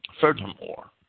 Furthermore